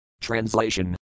Translation